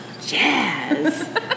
Jazz